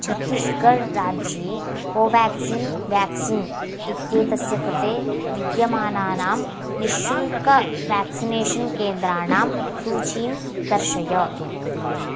छत्तीसगढ् राज्ये Covaxin vaccine इत्येतस्य कृते विद्यमानानां निःशुल्कं व्याक्सिनेषन् केन्द्राणां सूचीं दर्शय